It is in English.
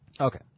Okay